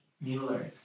Mueller